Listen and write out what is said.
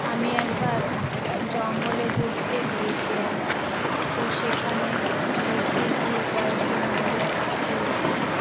আমি একবার জঙ্গলে ঘুরতে গিয়েছিলাম তো সেখানে ঘুরতে গিয়ে কয়েকদিন আমাদের থাকতে হয়েছিলো